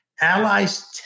Allies